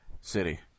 city